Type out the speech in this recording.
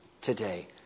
today